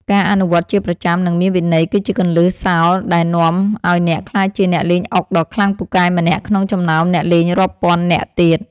ការអនុវត្តជាប្រចាំនិងមានវិន័យគឺជាគន្លឹះសោរដែលនាំឱ្យអ្នកក្លាយជាអ្នកលេងអុកដ៏ខ្លាំងពូកែម្នាក់ក្នុងចំណោមអ្នកលេងរាប់ពាន់នាក់ទៀត។